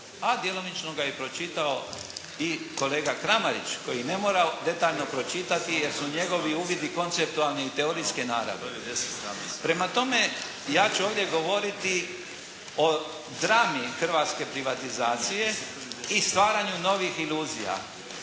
a djelomično ga je pročitao i kolega Kramarić koji ne mora detaljno pročitati jer su njegovi uvidi konceptualne i teorijske naravi. Prema tome ja ću ovdje govoriti o drami hrvatske privatizacije i stvaranju novih iluzija.